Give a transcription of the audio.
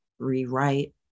rewrite